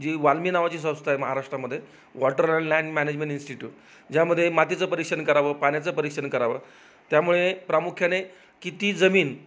जी वालमी नावाची संस्था आहे महाराष्ट्रामध्ये water and land management institute ज्यामध्ये मातीचं परीक्षण करावं पाण्याचं परीक्षण करावं त्यामुळे प्रामुख्याने किती जमीन